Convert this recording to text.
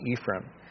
Ephraim